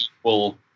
equal